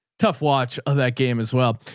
tough watch of that game as well,